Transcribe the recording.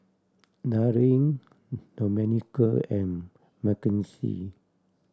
Darin Domenico and Makenzie